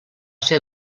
ser